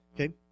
Okay